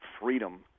freedom